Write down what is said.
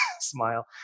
smile